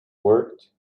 worked